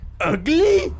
Ugly